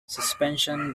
suspension